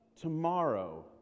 tomorrow